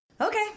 Okay